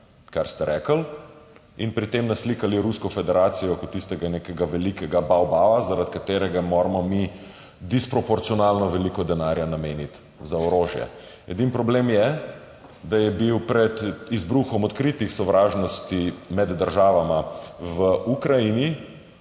kar ste rekli, in pri tem naslikali Rusko federacijo kot tistega nekega velikega bavbava, zaradi katerega moramo mi disproporcionalno veliko denarja nameniti za orožje. Edini problem je, da je bil pred izbruhom odkritih sovražnosti med državama v Ukrajini